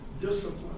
discipline